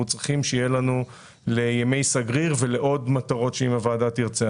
צריכים שיהיה לנו לימי סגריר ולעוד מטרות שאם הוועדה תרצה,